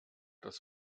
das